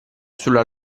sulla